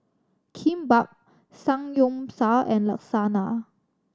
Kimbap Samgyeopsal and Lasagna